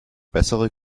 bessere